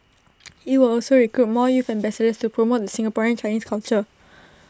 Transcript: IT will also recruit more youth ambassadors to promote the Singaporean Chinese culture